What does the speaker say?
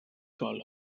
call